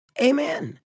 Amen